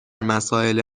مسائل